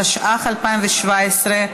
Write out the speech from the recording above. התשע"ח 2017,